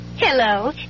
Hello